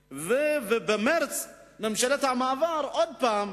ובמרס ממשלת המעבר הורידה שוב